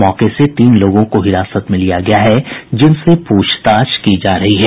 मौके से तीन लोगों को हिरासत में लिया गया है जिनसे पूछताछ की जा रही है